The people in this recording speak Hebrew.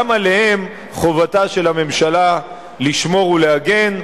גם עליהם חובתה של הממשלה לשמור ולהגן.